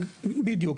בדיוק,